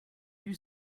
you